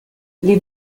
les